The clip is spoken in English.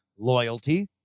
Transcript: Loyalty